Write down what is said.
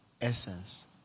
essence